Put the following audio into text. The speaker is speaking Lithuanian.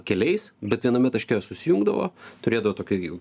keliais bet viename taške susijungdavo turėdavo tokį